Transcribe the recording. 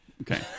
Okay